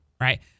right